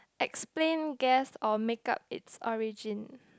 explain guess or make up it's origin